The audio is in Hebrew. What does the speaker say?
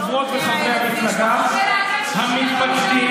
חברות וחברי המפלגה המתפקדים.